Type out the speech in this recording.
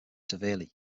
severely